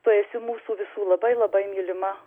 tu esi mūsų visų labai labai mylima